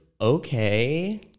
okay